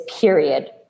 period